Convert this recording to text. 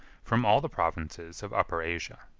from all the provinces of upper asia.